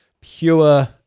pure